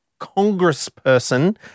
congressperson